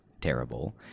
terrible